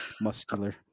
Muscular